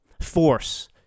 force